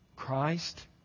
Christ